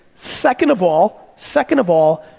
second of all, second of all,